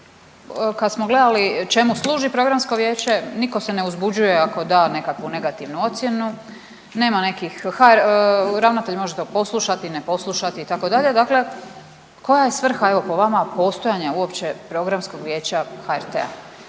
kad smo gledali čemu služi programsko vijeće nitko se ne uzbuđuje ako da nekakvu negativnu ocjenu, nema nekih, ravnatelj može to poslušati i ne poslušati itd., dakle koje je svrha evo po vama postojanja uopće programskog vijeća HRT-a.